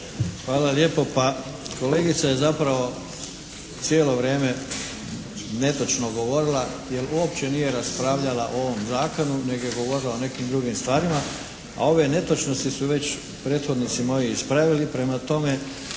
Hvala lijepo. Pa kolegica je zapravo cijelo vrijeme netočno govorila, jer uopće nije raspravljala o ovom zakonu nego je govorila o nekim drugim stvarima, a ove netočnosti su već prethodnici moji ispravili. Prema tome